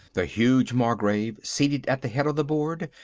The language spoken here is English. the huge margrave, seated at the head of the board,